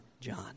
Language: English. John